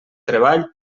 treball